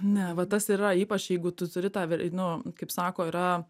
ne va tas ir yra ypač jeigu tu turi tą ver nu kaip sako yra